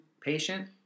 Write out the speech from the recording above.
patient